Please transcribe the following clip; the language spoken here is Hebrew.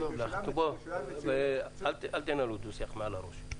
אל תנהלו דוח שיח מעל הראש.